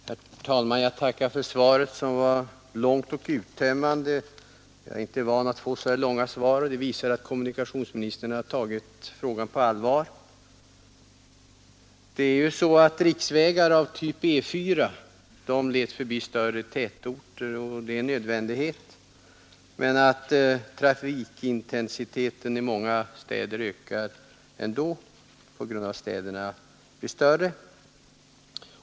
Herr talman! Jag tackar statsrådet för svaret, som var långt och uttömmande. Jag är inte van att få så här långa svar. Svaret visar att kommunikationsministern har tagit frågan på allvar. Att riksvägar av typ E 4 leds förbi större tätorter är nödvändigt. Men trafikintensiteten ökar ändå i många städer på grund av att dessa blir större.